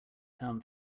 term